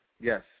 Yes